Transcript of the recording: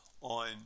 on